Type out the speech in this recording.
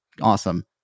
Awesome